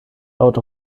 out